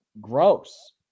gross